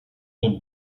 den